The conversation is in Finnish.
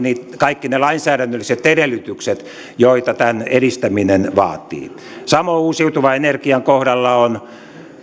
kaikki ne lainsäädännölliset edellytykset joita tämän edistäminen vaatii samoin uusiutuvan energian kohdalla on